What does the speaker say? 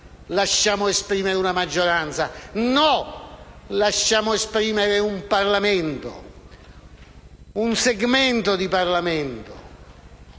«lasciamo esprimere una maggioranza» e non «lasciamo esprimere un Parlamento o un segmento di Parlamento»,